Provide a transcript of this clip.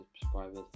subscribers